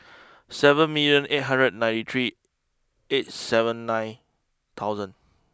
seven million eight hundred and ninety three eight seven nine thousand